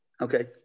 Okay